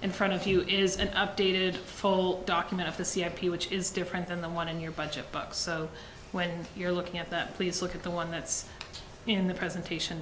in front of you is an updated full document of the c r p which is different than the one in your budget book so when you're looking at that please look at the one that's in the presentation